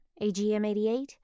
AGM-88